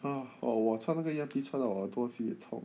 !wah! 我穿那个 earpiece 穿到我耳朵 sibeh 痛